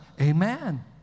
Amen